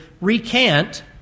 recant